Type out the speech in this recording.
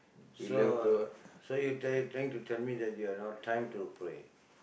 so so you try~ trying to tell me that you have no time to pray